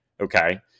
Okay